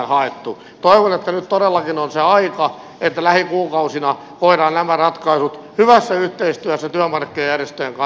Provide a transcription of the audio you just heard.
toivon että nyt todellakin on se aika että lähikuukausina voidaan nämä ratkaisut hyvässä yhteistyössä työmarkkinajärjestöjen kanssa tehdä